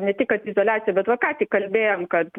ne tik kad izoliacija bet va ką tik kalbėjom kad